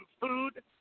food